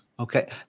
Okay